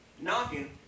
knocking